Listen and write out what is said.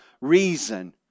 reason